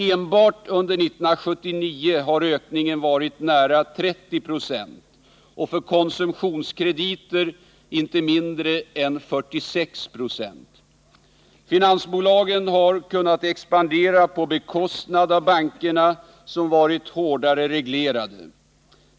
Enbart under 1979 har ökningen varit nära 30 26 och för konsumtionskrediter inte mindre än 46 90. Finansbolagen har kunnat expandera på bekostnad av bankerna, som varit hårdare reglerade.